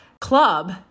Club